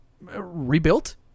rebuilt